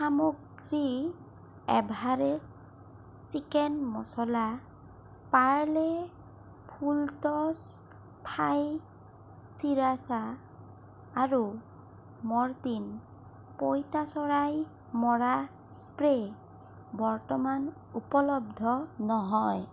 সামগ্ৰী Everest chicken masala Parle full toss Thai sriracha আৰু Mortein পইতাচোৰা মৰা স্প্ৰে বৰ্তমান উপলব্ধ নহয়